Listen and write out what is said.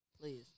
Please